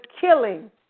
killing